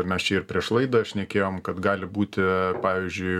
ir mes čia ir prieš laidą šnekėjom kad gali būti pavyzdžiui